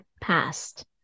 past